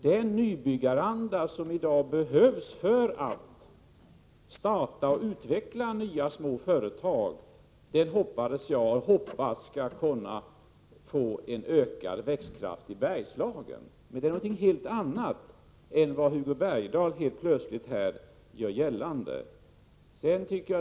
Den nybyggaranda som i dag behövs för att starta och utveckla nya småföretag hoppas jag skall få en ökad växtkraft i Bergslagen. Detta är något helt annat än det som Hugo Bergdahl helt plötsligt gör gällande här.